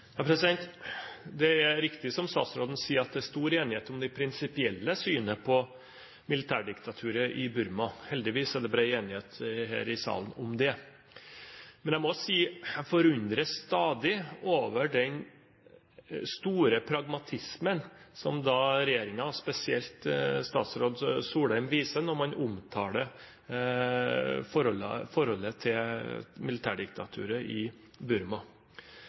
Det er riktig, som statsråden sier, at det er stor enighet om det prinsipielle synet på militærdiktaturet i Burma. Heldigvis er det bred enighet her i salen om det. Men jeg må si at jeg forundres stadig over den store pragmatismen som regjeringen, og spesielt statsråd Solheim, viser når man omtaler forholdet til militærdiktaturet i Burma,